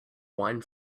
wine